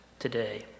Today